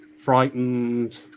frightened